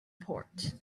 port